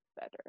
better